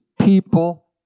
people